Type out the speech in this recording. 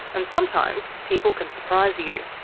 and sometimes people can surprise you.